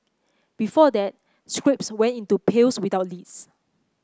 before that scraps went into pails without lids